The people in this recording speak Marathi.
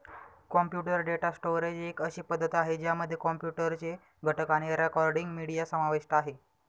कॉम्प्युटर डेटा स्टोरेज एक अशी पद्धती आहे, ज्यामध्ये कॉम्प्युटर चे घटक आणि रेकॉर्डिंग, मीडिया समाविष्ट आहे